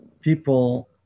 People